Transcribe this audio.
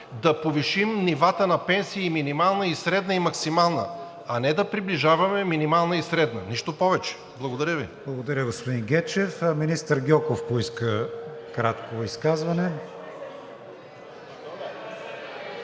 да повишим нивата на пенсии – и минимална, и средна, и максимална, а не да приближаваме минимална и средна. Нищо повече. Благодаря Ви. ПРЕДСЕДАТЕЛ КРИСТИАН ВИГЕНИН: Благодаря, господин Гечев. Министър Гьоков поиска кратко изказване.